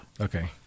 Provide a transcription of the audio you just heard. Okay